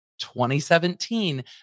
2017